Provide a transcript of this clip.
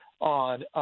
on